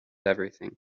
everything